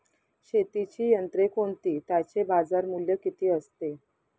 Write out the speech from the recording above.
शेतीची यंत्रे कोणती? त्याचे बाजारमूल्य किती असते?